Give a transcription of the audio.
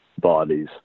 bodies